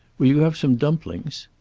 will you have some dumplings?